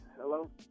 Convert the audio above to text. Hello